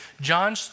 John